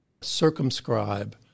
circumscribe